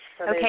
Okay